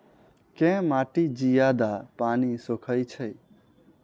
केँ माटि जियादा पानि सोखय छै?